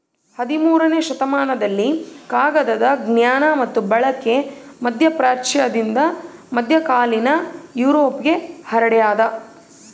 ಹದಿಮೂರನೇ ಶತಮಾನದಲ್ಲಿ ಕಾಗದದ ಜ್ಞಾನ ಮತ್ತು ಬಳಕೆ ಮಧ್ಯಪ್ರಾಚ್ಯದಿಂದ ಮಧ್ಯಕಾಲೀನ ಯುರೋಪ್ಗೆ ಹರಡ್ಯಾದ